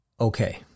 okay